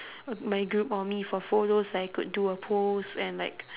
my group or me for photos I could do a pose and like